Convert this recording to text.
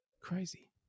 Crazy